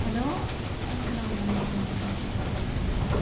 hello اسلام علیکُم ورحمتُ اللہ وبرکاتہ